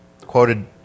quoted